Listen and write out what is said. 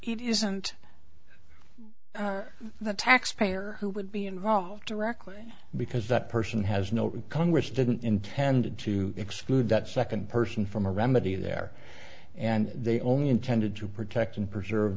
it isn't the taxpayer who would be involved directly because that person has no congress didn't intended to exclude that second person from a remedy there and they only intended to protect and preserve